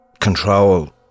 control